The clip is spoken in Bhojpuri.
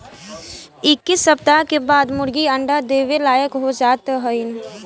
इक्कीस सप्ताह के बाद मुर्गी अंडा देवे लायक हो जात हइन